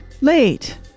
late